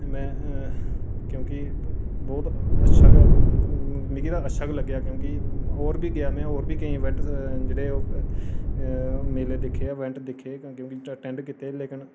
में क्यूंकि बहुत अच्छा मतलब कि मिगी ते अच्छा गै लग्गेआ क्यूंकि होर बी गेआ में होर बी केईं इवेंट जेह्ड़े मेले दिक्खे इवेंट दिक्खे अटैंड़ कीते लेकिन ओह् जेह्की